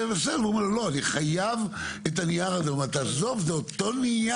אומר לו לא אני חייב את הנייר הזה הוא אומר לו תעזוב זה אותו נייר.